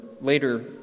later